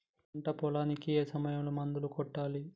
పంట పొలానికి ఏ సమయంలో మందులు కొట్టాలి?